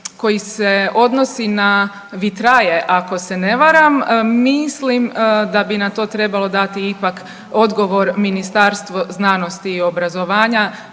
koji se odnosi na vitraje ako se ne varam, mislim da bi na to trebalo dati ipak odgovor Ministarstvo znanosti i obrazovanja.